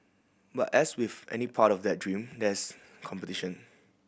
but as with any part of that dream there is competition